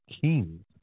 kings